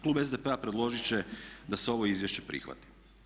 Klub SDP-a predložit će da se ovo izvješće prihvati.